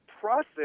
process